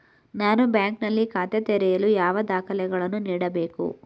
ನಾನು ಬ್ಯಾಂಕ್ ನಲ್ಲಿ ಖಾತೆ ತೆರೆಯಲು ಯಾವ ದಾಖಲೆಗಳನ್ನು ನೀಡಬೇಕು?